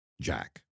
Jack